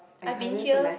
I been here